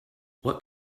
what